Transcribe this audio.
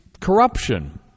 corruption